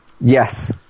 Yes